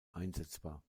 einsetzbar